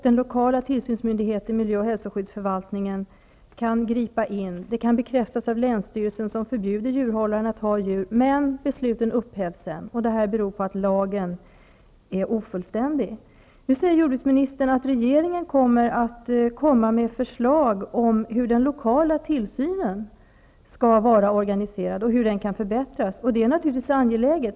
Den lokala tillsynsmyndigheten, miljöoch hälsoskyddsförvaltningen, kan gripa in, men besluten upphävs sedan. Det kan bekräftas av länsstyrelsen som förbjuder djurhållaren att ha djur. Det beror på att lagen är ofullständig. Nu säger jordbruksministern att regeringen skall komma med förslag om hur den lokala tillsynen skall vara organiserad och hur den kan förbättras. Det är naturligtvis angeläget.